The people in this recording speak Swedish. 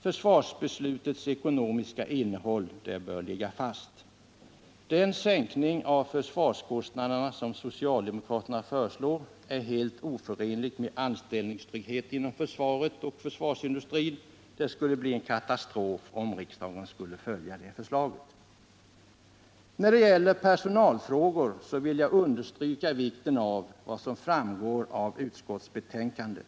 Försvarsbeslutets ekonomiska innehåll bör ligga fast. Den sänkning av försvarskostnaderna som socialdemokraterna föreslår är helt oförenlig med anställningstrygghet inom försvaret och försvarsindustrin. Det skulle bli en katastrof, om riksdagen skulle följa det förslaget. När det gäller personalfrågor vill jag understryka vikten av vad som framgår av utskottsbetänkandet.